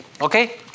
okay